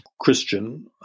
Christian